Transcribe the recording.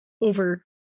over